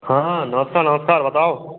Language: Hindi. हाँ हाँ नमस्कार नमस्कार बताओ